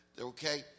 okay